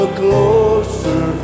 closer